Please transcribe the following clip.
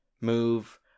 move